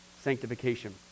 sanctification